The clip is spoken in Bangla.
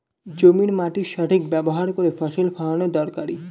জমির মাটির সঠিক ব্যবহার করে ফসল ফলানো দরকারি